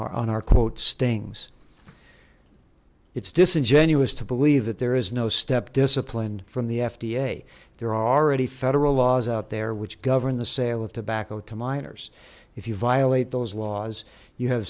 are on our quote stings it's disingenuous to believe that there is no step discipline from the fda there are already federal laws out there which govern the sale of tobacco to minors if you violate those laws you have